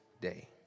day